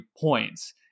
points